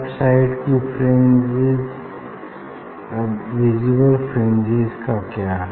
left side की visible fringes का क्या